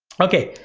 okay?